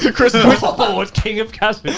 but chris and chris ah board king of